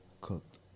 Cooked